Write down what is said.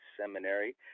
Seminary